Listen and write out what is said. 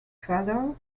father